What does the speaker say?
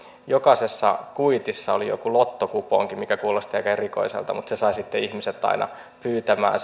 jokaisessa kuitissa joku lottokuponki mikä kuulosti aika erikoiselta mutta se sai ihmiset aina pyytämään